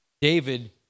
David